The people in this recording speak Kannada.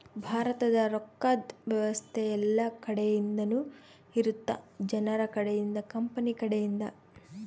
ಭಾರತದ ರೊಕ್ಕದ್ ವ್ಯವಸ್ತೆ ಯೆಲ್ಲ ಕಡೆ ಇಂದನು ಇರುತ್ತ ಜನರ ಕಡೆ ಇಂದ ಕಂಪನಿ ಕಡೆ ಇಂದ